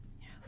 Yes